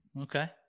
Okay